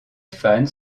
fans